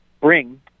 bring